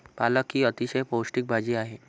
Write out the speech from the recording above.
पालक ही अतिशय पौष्टिक भाजी आहे